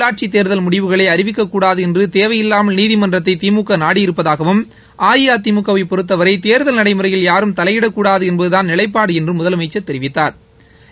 உள்ளாட்சி தேர்தல் முடிவுகளை அறிவிக்கக்கூடாது என்று தேவையில்லாமல் நீதிமன்றத்தை திமுக நாடியிருப்பதாகவும் அஇஅதிமுக வை பொறுத்தவரை தேர்தல் நடைமுறையில் யாரும் தலையிடக்கூடாது என்பதுதான் நிலைப்பாடு என்றும் முதலமைச்சள் தெரிவித்தாா்